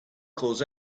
calls